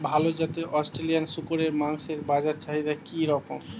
ভাল জাতের অস্ট্রেলিয়ান শূকরের মাংসের বাজার চাহিদা কি রকম?